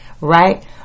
Right